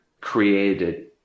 created